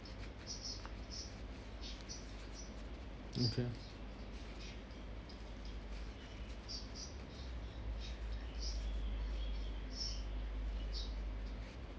okay